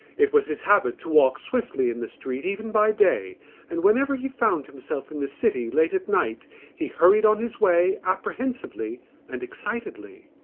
it was his habit to walk swiftly in the street even by day and whenever he found himself in the city late at night he hurried on his way apprehensively and excitedly.